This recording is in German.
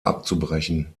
abzubrechen